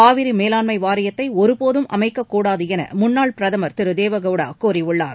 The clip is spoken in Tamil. காவிரி மேலாண்மை வாரியத்தை ஒருபோதும் அமைக்கக்கூடாது என முன்னாள் பிரதமர் திரு தேவகவுடா கூறியுள்ளார்